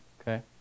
Okay